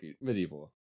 Medieval